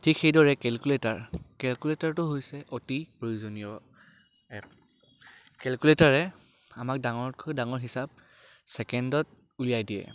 ঠিক সেইদৰে কেলকুলেটাৰ কেলকুলেটাৰটো হৈছে অতি প্ৰয়োজনীয় এপ কেলকুলেটাৰে আমাক ডাঙৰতকৈ ডাঙৰ হিচাপ ছেকেণ্ডত উলিয়াই দিয়ে